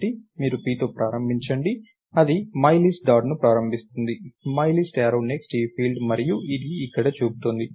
కాబట్టి మీరు pతో ప్రారంభించండి అది మైలిస్ట్ డాట్ను ప్రారంభిస్తుంది మైలిస్ట్ యారో నెక్స్ట్ ఈ ఫీల్డ్ మరియు అది ఇక్కడ చూపుతోంది